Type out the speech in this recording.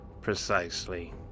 precisely